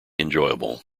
enjoyable